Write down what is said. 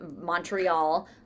Montreal